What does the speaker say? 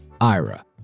Ira